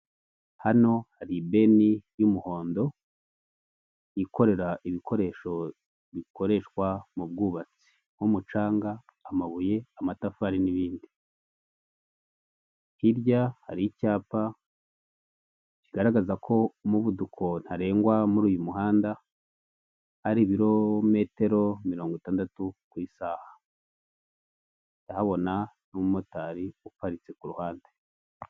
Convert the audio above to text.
Hano hari ibeni y'umuhondo, yikorera ibikoresho bikoreshwa mu bwubatsi nk'umucanga, amabuye, amatafari n'indi, hirya hari icyapa kigaragaza ko umuvuduko ntarengwa muri uyu muhanda, ari ibirometero mirongo itandatu ku isaha, ndahabona n'umumotari uparitse ku ruhande.